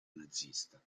nazista